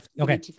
okay